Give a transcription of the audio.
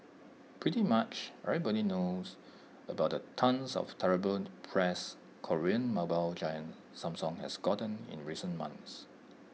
pretty much everyone knows about the tonnes of terrible press Korean mobile giant Samsung has gotten in recent months